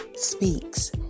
speaks